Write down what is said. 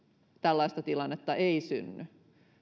tällaista tilannetta ei synny